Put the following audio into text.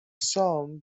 songs